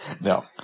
No